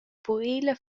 purila